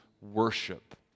worship